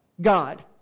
God